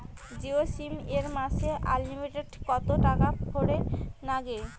Jio SIM এ মাসে unlimited কত টাকা ভরের নাগে?